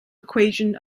equation